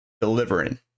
delivering